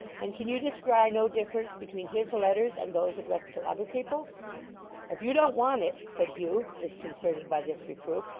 and can you descry no difference between his letters and those addressed to other people if you don't want it said hugh, disconcerted by this reproof,